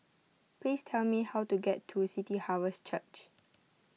please tell me how to get to City Harvest Church